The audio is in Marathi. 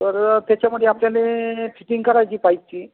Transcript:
तर त्याच्यामध्ये आपल्याला फिटिंग करायची पाईपची